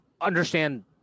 understand